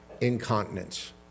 incontinence